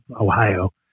Ohio